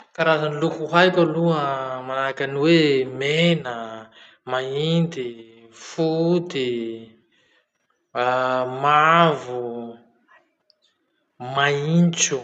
Karaza ny loko haiko aloha manahaky any hoe mena, mainty, foty, mavo, maintso.